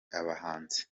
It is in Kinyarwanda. abahanzi